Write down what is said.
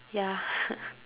ya